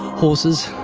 horses,